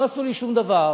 לא עשו לי שום דבר.